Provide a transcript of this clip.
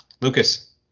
Lucas